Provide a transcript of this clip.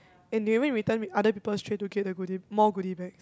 and they even return other people's tray to get the goodie more goodie bag